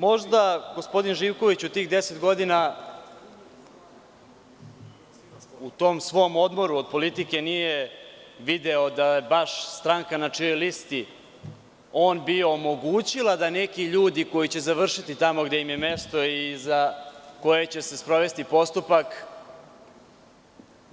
Možda gospodin Živković u tih deset godina, u tom svom odmoru od politike, nije video da stranka na čijoj je listi bio, omogućila da neki ljudi koji će završiti tamo gde im je mesto i za koje će se sprovesti postupak,